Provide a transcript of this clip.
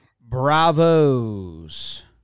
Bravos